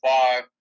five